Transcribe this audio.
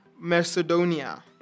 Macedonia